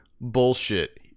bullshit